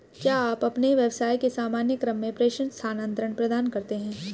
क्या आप अपने व्यवसाय के सामान्य क्रम में प्रेषण स्थानान्तरण प्रदान करते हैं?